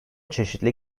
çeşitli